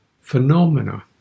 phenomena